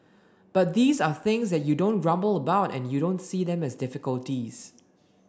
but these are things that you don't grumble about and you don't see them as difficulties